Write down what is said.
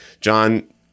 John